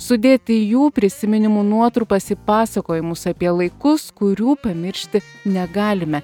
sudėti jų prisiminimų nuotrupas į pasakojimus apie laikus kurių pamiršti negalime